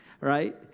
right